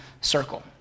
circle